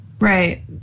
Right